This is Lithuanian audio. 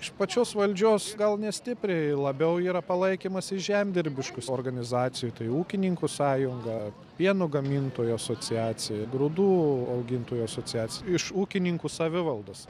iš pačios valdžios gal nestipriai labiau yra palaikymas iš žemdirbiškų organizacijų tai ūkininkų sąjunga pieno gamintojų asociacija grūdų augintojų asociacija iš ūkininkų savivaldos